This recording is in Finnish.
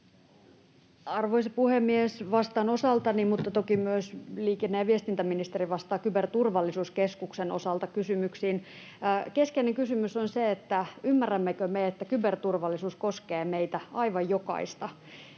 Arvoisa puhemies! Vastaan osaltani, mutta toki myös liikenne- ja viestintäministeri vastaa Kyberturvallisuuskeskuksen osalta kysymyksiin. Keskeinen kysymys on se, ymmärrämmekö me, että kyberturvallisuus koskee meitä aivan jokaista,